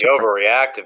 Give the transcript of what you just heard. overreactive